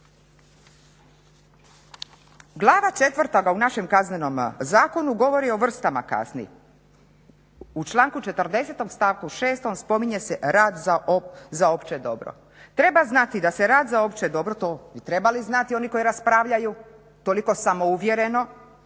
Glava 4. u našem Kaznenom zakonu govori o vrstama kazni. U članku 40. stavku 6. spominje se rad za opće dobro. Treba znati da se rad za opće dobro to bi trebali znati oni koji raspravljaju toliko samouvjereno